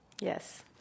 Yes